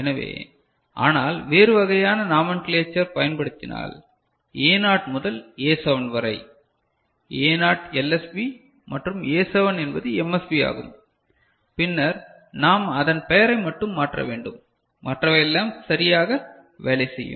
எனவே ஆனால் வேறு வகையான நாமன்கிலேச்சர் பயன்படுத்தினால் A நாட் முதல் A7 வரை A நாட் LSB மற்றும் A7 என்பது MSB ஆகும் பின்னர் நாம் அதன் பெயரை மட்டும் மாற்ற வேண்டும் மற்றவை எல்லாம் சரியாக வேலை செய்யும்